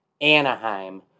Anaheim